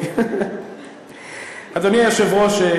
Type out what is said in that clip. אדוני היושב-ראש,